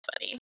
funny